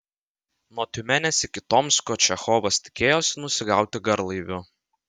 nuo tiumenės iki tomsko čechovas tikėjosi nusigauti garlaiviu